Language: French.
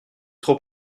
trop